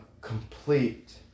complete